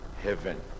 heaven